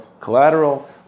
collateral